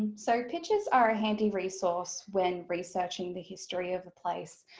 ah so pictures are a handy resource when researching the history of a place.